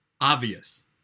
obvious